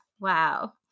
Wow